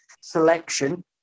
selection